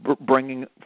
bringing